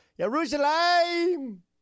Jerusalem